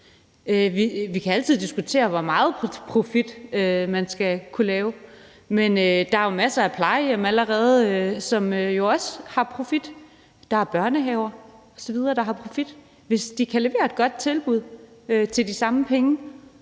Vi kan altid diskutere, hvor meget profit man skal kunne lave, men der er jo allerede masser af plejehjem, børnehaver osv., som giver profit. Hvis de kan levere et godt tilbud til de samme penge